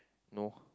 no